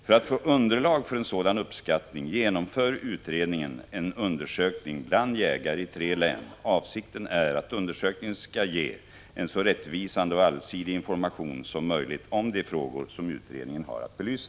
För att få underlag för en sådan uppskattning genomför utredningen en undersökning bland jägare i tre län. Avsikten är att undersökningen skall ge en så rättvisande och allsidig information som möjligt om de frågor som utredningen har att belysa.